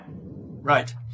Right